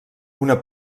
una